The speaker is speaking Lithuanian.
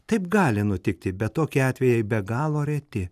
taip gali nutikti bet tokie atvejai be galo reti